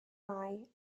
eye